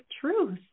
truth